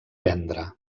vendre